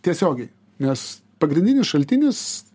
tiesiogiai nes pagrindinis šaltinis